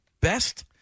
best